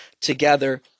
together